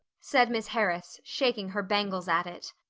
said miss harris, shaking her bangles at it.